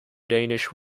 danish